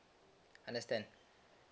understand